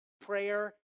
prayer